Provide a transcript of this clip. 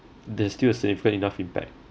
they still save put enough impact